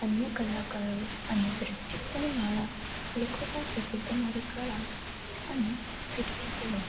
અન્ય કલાકારો અને દૃષ્ટિકોણવાળા લોકો પાસેથી તમારી કળા અને ફીડબેક લો